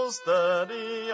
steady